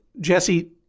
Jesse